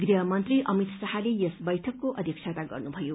गृह मन्त्री अमित शाहले यस बैठकको अध्यक्षता गर्नुभयो